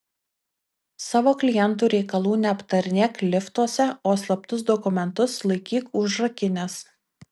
savo klientų reikalų neaptarinėk liftuose o slaptus dokumentus laikyk užrakinęs